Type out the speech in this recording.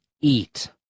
eat